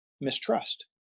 mistrust